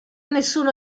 nessuno